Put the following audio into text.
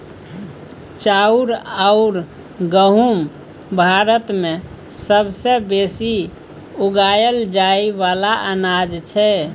चाउर अउर गहुँम भारत मे सबसे बेसी उगाएल जाए वाला अनाज छै